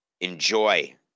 enjoy